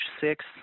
six